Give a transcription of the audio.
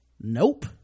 nope